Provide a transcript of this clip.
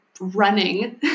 running